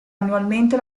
annualmente